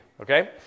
okay